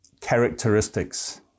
characteristics